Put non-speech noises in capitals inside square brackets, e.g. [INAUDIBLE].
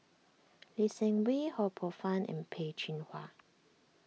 [NOISE] Lee Seng Wee Ho Poh Fun and Peh Chin Hua